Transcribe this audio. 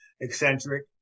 eccentric